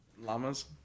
llamas